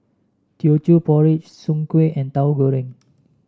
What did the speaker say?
Teochew Porridge Soon Kway and Tahu Goreng